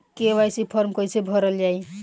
KYC form कइसे भरल जाइ?